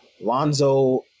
Lonzo